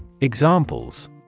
Examples